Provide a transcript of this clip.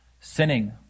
sinning